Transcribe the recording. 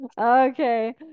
okay